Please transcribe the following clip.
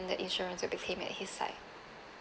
the insurance will be claimed at his side